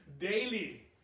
daily